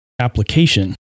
application